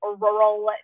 rural